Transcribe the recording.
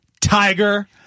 Tiger